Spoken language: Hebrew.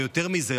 ויותר מזה,